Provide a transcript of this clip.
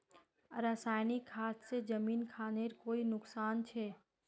रासायनिक खाद से जमीन खानेर कोई नुकसान छे?